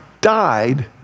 died